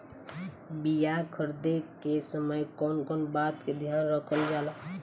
बीया खरीदे के समय कौन कौन बात के ध्यान रखल जाला?